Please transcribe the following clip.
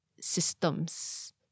systems